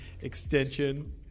Extension